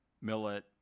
millet